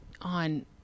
on